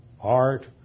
art